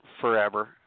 forever